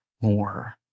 more